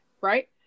Right